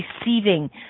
receiving